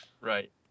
Right